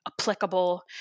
applicable